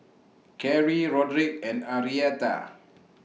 Carey Roderick and Arietta